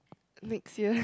next year